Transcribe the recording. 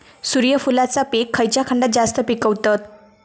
सूर्यफूलाचा पीक खयच्या खंडात जास्त पिकवतत?